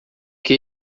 que